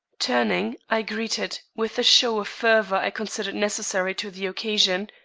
turning, i greeted, with the show of fervor i considered necessary to the occasion,